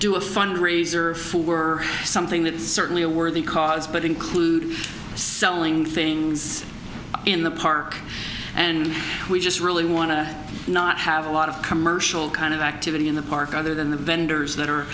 do a fundraiser for were something that certainly a worthy cause but include selling things in the park and we just really want to not have a lot of commercial kind of activity in the park other than the vendors that are